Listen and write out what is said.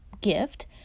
gift